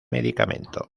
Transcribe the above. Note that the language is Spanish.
medicamento